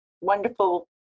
wonderful